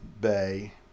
bay